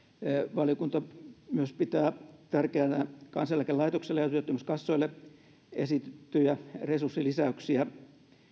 valiokunta pitää tärkeänä myös kansaneläkelaitokselle ja työttömyyskassoille esitettyjä resurssilisäyksiä